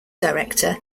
director